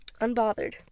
Unbothered